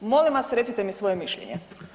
Molim vas recite mi svoje mišljenje.